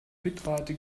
bitrate